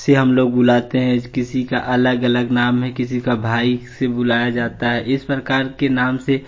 से हम बुलाते हैं किसी का अलग अलग नाम है किसी का भाई से बुलाया जाता है इस प्रकार के नाम से